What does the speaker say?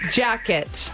jacket